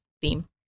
theme